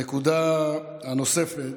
הנקודה הנוספת